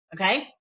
Okay